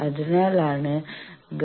അതിനാലാണ് Γ2−Γ1